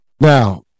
Now